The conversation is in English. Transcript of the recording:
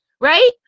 right